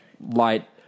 light